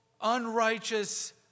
unrighteous